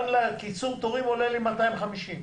קיצורים תורים עולה לי 250 שקל.